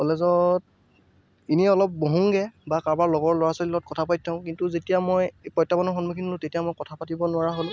কলেজত এনেই অলপ বহোংগে বা কাৰোবাৰ লগৰ ল'ৰা ছোৱালীৰ লগত কথা পাতি থাকোঁ কিন্তু যেতিয়া মই এই প্ৰত্যাহ্বানৰ সন্মুখীন হ'লোঁ তেতিয়া মই কথা পাতিব নোৱাৰা হ'লোঁ